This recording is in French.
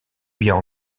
bien